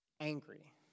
angry